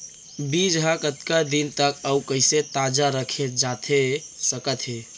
बीज ह कतका दिन तक अऊ कइसे ताजा रखे जाथे सकत हे?